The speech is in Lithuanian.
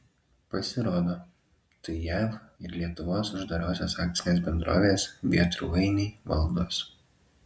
pasirodo tai jav ir lietuvos uždarosios akcinės bendrovės vėtrų ainiai valdos